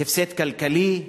הפסד כלכלי,